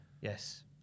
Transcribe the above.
Yes